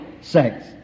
sex